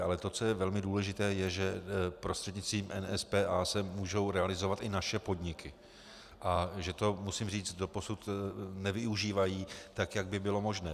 Ale to, co je velmi důležité, je, že prostřednictvím NSPA se mohou realizovat i naše podniky a že to, musím říci, doposud nevyužívají tak, jak by bylo možné.